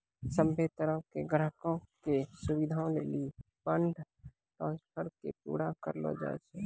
सभ्भे तरहो के ग्राहको के सुविधे लेली फंड ट्रांस्फर के पूरा करलो जाय छै